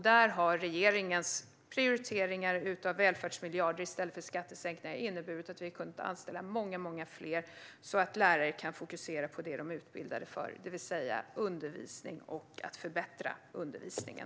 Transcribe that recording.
Där har regeringens prioriteringar av välfärdsmiljarder i stället för skattesänkningar inneburit att vi har kunnat anställa många fler så att lärare kan fokusera på det som de är utbildade för, det vill säga undervisning och att förbättra undervisningen.